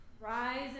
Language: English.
Rise